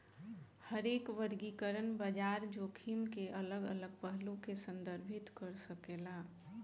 हरेक वर्गीकरण बाजार जोखिम के अलग अलग पहलू के संदर्भित कर सकेला